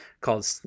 called